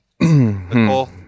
Nicole